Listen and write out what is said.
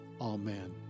Amen